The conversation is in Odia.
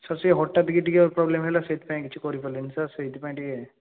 ସାର୍ ସେ ହଟାତ କି ଟିକେ ପ୍ରୋବ୍ଲେମ ହେଲା ସେଇଥିପାଇଁ କିଛି କରି ପାରିଲିନି ସାର୍ ସେଇଥିପାଇଁ ଟିକେ